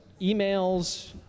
emails